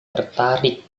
tertarik